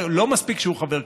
לא מספיק שהוא חבר כנסת,